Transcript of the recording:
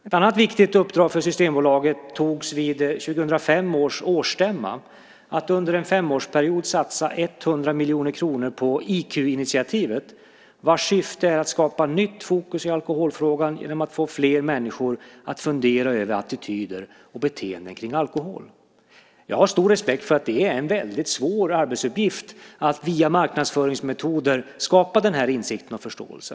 Ett annat viktigt uppdrag för Systembolaget togs vid 2005 års årsstämma, nämligen att en femårsperiod satsa 100 miljoner kronor på IQ-initiativet vars syfte är att skapa ett nytt fokus i alkoholfrågan genom att få fler människor att fundera över attityder och beteenden kring alkohol. Jag har stor respekt för att det är en väldigt svår arbetsuppgift att via marknadsföringsmetoder skapa denna insikt och förståelse.